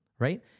Right